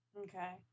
Okay